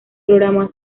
programa